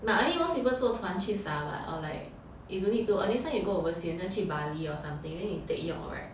but I mean most people 坐船去撒 [what] or like you don't need to or next time you go oversea 很像去 Bali or something then you take yacht [right]